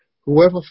Whoever